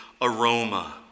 aroma